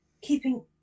keeping